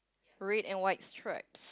red and white stripes